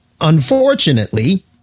Unfortunately